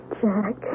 Jack